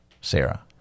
Sarah